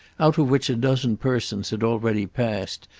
out of which a dozen persons had already passed,